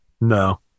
No